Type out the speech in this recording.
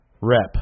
rep